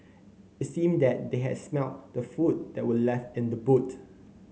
it seemed that they had smelt the food that were left in the boot